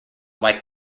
like